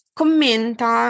commenta